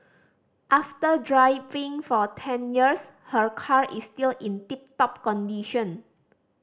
after driving for ten years her car is still in tip top condition